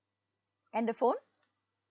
and the phone